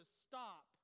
stop